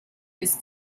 bis